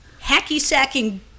hacky-sacking